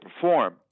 perform